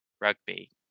Rugby